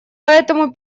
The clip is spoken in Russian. поэтому